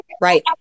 Right